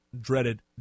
dreaded